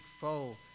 foe